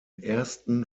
ersten